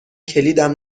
کلیدم